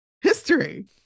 history